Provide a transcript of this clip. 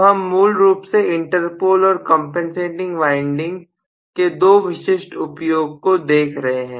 तो हम मूल रूप से इंटरपोल और कंपनसेटिंग वाइंडिंग के दो विशिष्ट उपयोग को देख रहे हैं